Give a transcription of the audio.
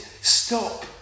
Stop